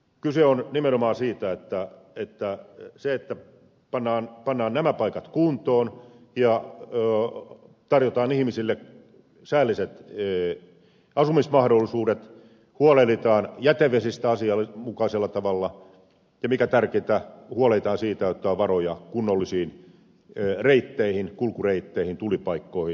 kyse on nimenomaan siitä että pannaan nämä paikat kuntoon ja tarjotaan ihmisille säälliset asumismahdollisuudet huolehditaan jätevesistä asianmukaisella tavalla ja mikä tärkeintä huolehditaan siitä että on varoja kunnollisiin reitteihin kulkureitteihin tulipaikkoihin